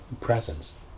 presence